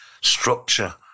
structure